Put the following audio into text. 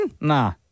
Nah